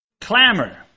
Clamor